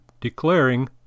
declaring